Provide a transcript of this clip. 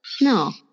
No